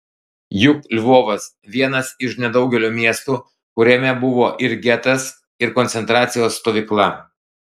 juk lvovas vienas iš nedaugelio miestų kuriame buvo ir getas ir koncentracijos stovykla